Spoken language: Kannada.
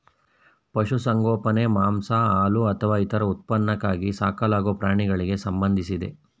ಪಶುಸಂಗೋಪನೆ ಮಾಂಸ ಹಾಲು ಅಥವಾ ಇತರ ಉತ್ಪನ್ನಕ್ಕಾಗಿ ಸಾಕಲಾಗೊ ಪ್ರಾಣಿಗಳಿಗೆ ಸಂಬಂಧಿಸಿದೆ